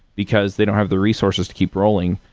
because they don't have the resources to keep rolling.